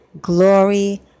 Glory